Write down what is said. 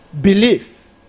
belief